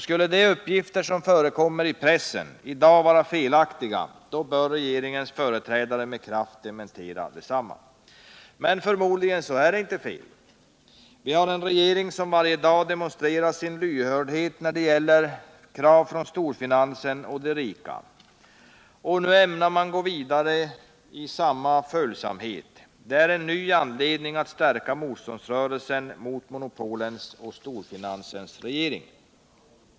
Skulle de uppgifter som i dag förekommer i pressen vara felaktiga, bör regeringens företrädare med kraft dementera dem. Men förmodligen är de inte felaktiga. Vi har en regering som varje dag demonstrerar sin lyhördhet när det gäller krav från storfinansen och de rika. Nu ämnar man gå vidare i samma följsamhet. Det är en ny anledning att stärka motståndsrörelsen mot monopolens och storfinansens regering.